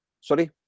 Sorry